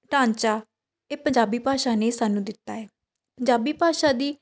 ਢਾਂਚਾ ਇਹ ਪੰਜਾਬੀ ਭਾਸ਼ਾ ਨੇ ਸਾਨੂੰ ਦਿੱਤਾ ਹੈ ਪੰਜਾਬੀ ਭਾਸ਼ਾ ਦੀ